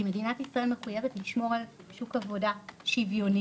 כי מדינת ישראל מחויבת לשמור על שוק עבודה שוויוני,